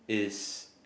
is